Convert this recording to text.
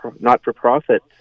not-for-profit